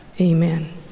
amen